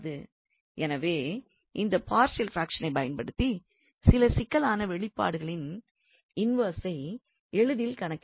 எனவே இந்த பார்ஷியல் பிராக்ஷனை பயன்படுத்தி சில சிக்கலான வெளிப்பாடுகளின் இன்வெர்ஸை எளிதில் கணக்கிடலாம்